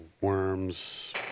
worms